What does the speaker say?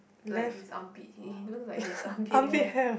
like his armpit he looks like he has armpit hair